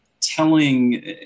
telling